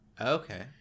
Okay